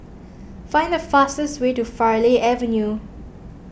find the fastest way to Farleigh Avenue